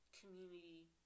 community